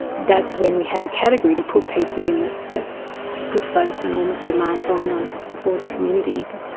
that's when we have a category to put people in that that puts those enormous demands on them for the community, that